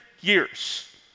years